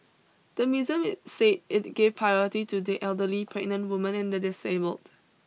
the museum said it gave priority to the elderly pregnant women and the disabled